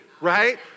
right